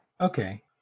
okay